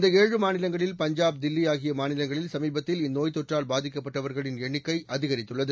இந்த ஏழு மாநிலங்களில் பஞ்சாப் தில்லி ஆகிய மாநிலங்களில் சமீபத்தில் இந்நோய்த் தொற்றால் பாதிக்கப்பட்டவர்கள் எண்ணிக்கை அதிகரித்துள்ளது